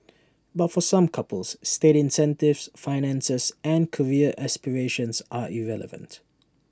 but for some couples state incentives finances and career aspirations are irrelevant